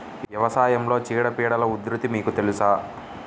వ్యవసాయంలో చీడపీడల ఉధృతి మీకు తెలుసా?